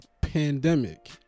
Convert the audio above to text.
pandemic